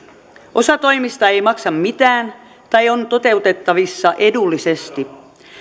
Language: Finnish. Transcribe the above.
osa toimista ei maksa mitään tai on toteutettavissa edullisesti